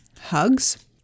hugs